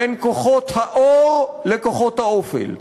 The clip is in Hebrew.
בין כוחות האור לכוחות האופל.